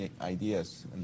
ideas